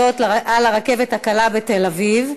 לקראת העבודות על הרכבת הקלה בתל-אביב,